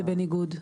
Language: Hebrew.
זה "בניגוד".